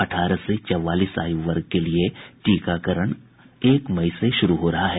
अठारह से चौवालीस आयु वर्ग के लिए टीकाकरण अभियान एक मई से शुरू हो रहा है